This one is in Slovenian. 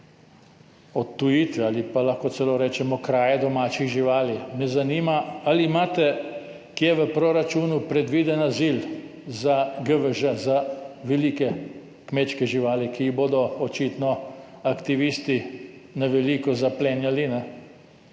odtujitve ali pa, lahko celo rečemo, kraje domačih živali, me zanima, ali imate kje v proračunu predviden azil za GVŽ, za velike kmečke živali, ki jih bodo očitno aktivisti na veliko zaplenjali po